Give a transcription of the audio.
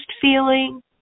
feeling